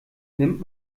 nimmt